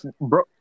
Bro